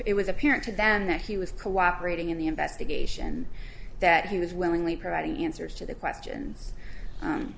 it was apparent to them that he was cooperating in the investigation and that he was willingly providing answers to the question